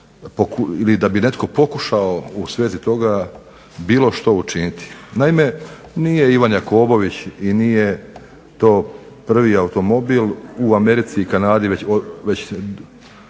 ili da bi netko pokušao u svezi toga bilo što učiniti. Naime, nije Ivan Jakobović i nije to prvi automobil, u Americi i Kanadi već